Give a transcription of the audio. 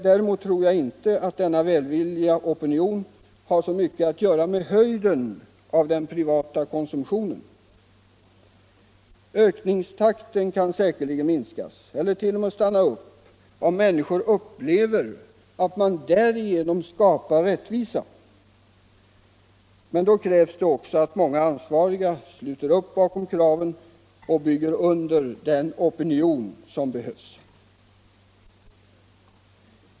Däremot tror jag inte att denna välvilliga opinion har så mycket att göra med höjden av den privata konsumtionen. Ökningstakten kan säkerligen minskas eller t.o.m. stanna upp, om människor upplever att man därigenom skapar rättvisa. Men då krävs det också att många ansvariga sluter upp bakom kraven och bygger under den opinion som behövs.